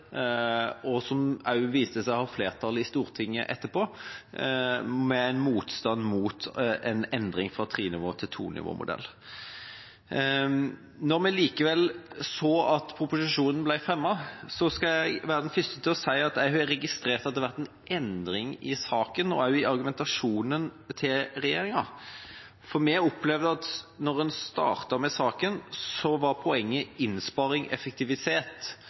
som viste seg å ha flertall i Stortinget etterpå, om motstand mot en endring fra trenivå- til tonivåmodell. Da vi likevel så at proposisjonen ble fremmet, skal jeg være den første til å si at jeg har registrert at det har vært en endring i saken og i argumentasjonen til regjeringa, for da en startet med saken, opplevde vi at poenget var innsparing og effektivitet